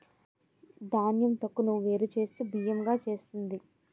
ధాన్యం తొక్కును వేరు చేస్తూ బియ్యం గా చేస్తుంది